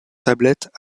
tablettes